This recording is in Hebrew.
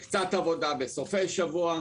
יש קצת עבודה בסופי שבוע.